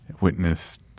witnessed